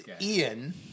Ian